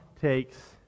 takes